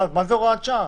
אבל מה זה הוראת שעה.